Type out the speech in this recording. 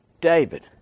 David